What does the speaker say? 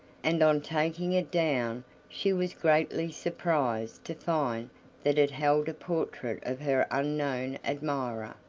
and on taking it down she was greatly surprised to find that it held a portrait of her unknown admirer,